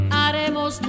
haremos